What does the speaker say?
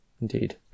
indeed